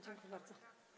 Dziękuję bardzo.